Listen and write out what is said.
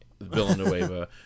Villanueva